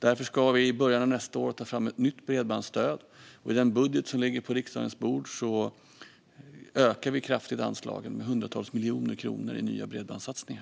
Därför ska vi i början av nästa år ta fram ett nytt bredbandsstöd, och i den budget som ligger på riksdagens bord ökar vi anslagen kraftigt med hundratals miljoner kronor i nya bredbandssatsningar.